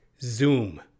Zoom